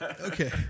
Okay